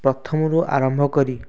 ପ୍ରଥମରୁ ଆରମ୍ଭ କରି